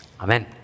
Amen